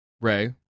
Ray